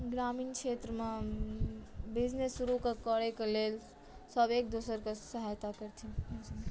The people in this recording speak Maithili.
ग्रामीण क्षेत्रमे बिजनेस शुरू करयके लेल सभ एक दोसरके सहायता करथिन